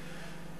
מדינתיים,